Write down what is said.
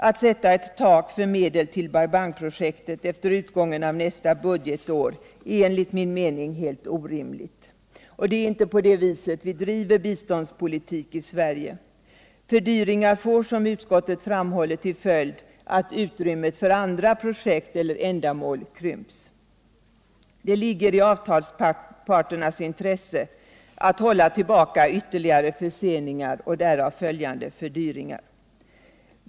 Att sätta ett tak för medel till Bai Bang-projektet efter utgången av nästa budgetår är enligt min mening helt orimligt. Det är inte på det viset vi bedriver biståndspolitik i Sverige. Fördyringar får, som utsköttet framhåller, till följd att utrymmet för andra projekt eller ändamål krymps. Det ligger i avtalsparternas intresse att hålla tillbaka ytterligare förseningar och därav följande fördyringar.